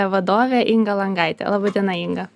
vadove inga langaite laba diena inga